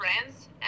friends